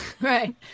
right